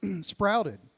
sprouted